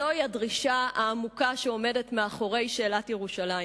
זוהי הדרישה העמוקה שעומדת מאחורי שאלת ירושלים.